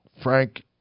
Frank